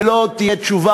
ולא תהיה תשובה